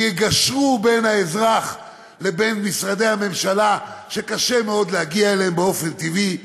שיגשרו בין האזרח לבין משרדי הממשלה שקשה מאוד להגיע אליהם באופן טבעי.